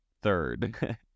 Third